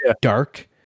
dark